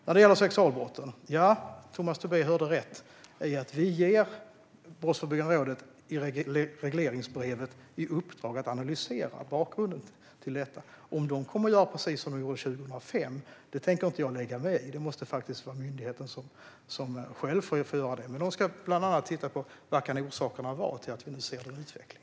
När det gäller sexualbrotten hörde Tomas Tobé rätt: I regleringsbrevet till Brottsförebyggande rådet ger vi ett uppdrag att analysera bakgrunden till detta. Om man kommer att göra precis som man gjorde 2005 tänker jag inte lägga mig i - det måste faktiskt vara myndigheten själv som får avgöra det - men man ska bland annat titta på vad orsakerna kan vara till att vi ser denna utveckling.